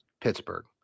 pittsburgh